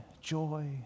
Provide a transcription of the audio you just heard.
joy